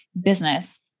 business